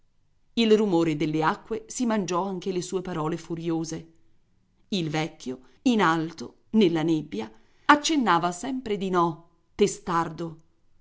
il rumore delle acque si mangiò anche le sue parole furiose il vecchio in alto nella nebbia accennava sempre di no testardo